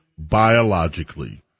biologically